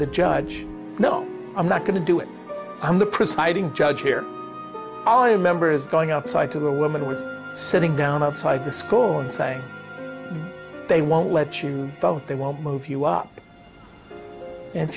the judge no i'm not going to do it i'm the presiding judge here oh members going outside to the woman who was sitting down outside the school and say they won't let you vote they won't move you up and